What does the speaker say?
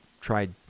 tried